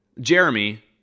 Jeremy